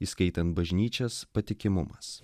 įskaitant bažnyčias patikimumas